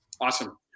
Awesome